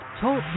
Talk